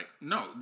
No